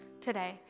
today